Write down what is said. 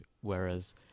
whereas